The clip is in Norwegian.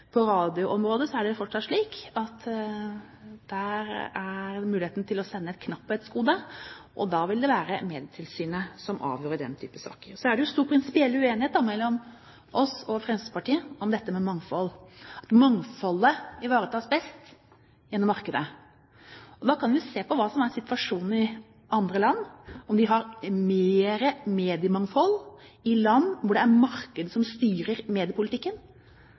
På radioområdet er det fortsatt slik at der er muligheten til å sende et knapphetsgode, og da vil det være Medietilsynet som avgjør i den type saker. Så er det stor prinsipiell uenighet mellom oss og Fremskrittspartiet om dette med mangfold, at mangfoldet ivaretas best gjennom markedet. Da kan vi se på hva som er situasjonen i andre land, om de har mer mediemangfold i land hvor det er markedet som styrer mediepolitikken.